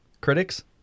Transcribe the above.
Critics